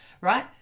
right